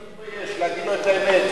לא להתבייש להגיד לו את האמת,